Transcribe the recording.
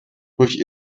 durch